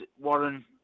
Warren